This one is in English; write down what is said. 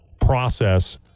process